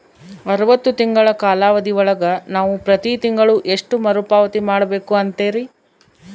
ಅರವತ್ತು ತಿಂಗಳ ಕಾಲಾವಧಿ ಒಳಗ ನಾವು ಪ್ರತಿ ತಿಂಗಳು ಎಷ್ಟು ಮರುಪಾವತಿ ಮಾಡಬೇಕು ಅಂತೇರಿ?